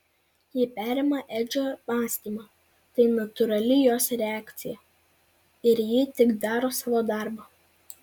ji perima edžio mąstymą tai natūrali jos reakcija ir ji tik daro savo darbą